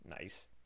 Nice